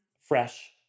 fresh